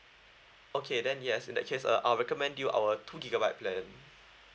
okay then yes in that case uh I'll recommend you our two gigabyte plan